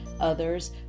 others